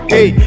Hey